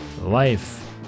life